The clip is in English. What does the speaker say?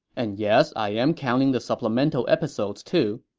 and yes, i'm counting the supplemental episodes, too.